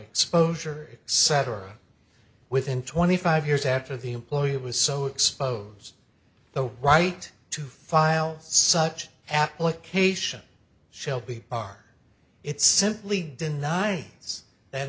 exposure cetera within twenty five years after the employer was so exposed the right to file such application shall be are it's simply deny us that